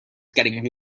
getting